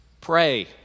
Pray